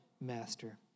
master